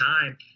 time